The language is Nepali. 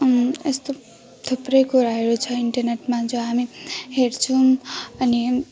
यस्तो थुप्रैकुराहरू छ इन्टरनेटमा जो हामी हेर्छौँ अनि